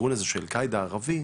הארגון הזה של אל קעידה הערבי,